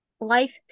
life